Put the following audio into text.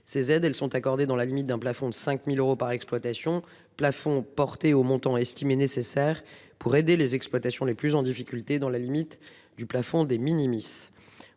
elles sont accordées, dans la limite d'un plafond de 5000 euros par exploitation plafond porté au montant estimé nécessaire pour aider les exploitations les plus en difficulté dans la limite du plafond des mini-miss,